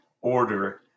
order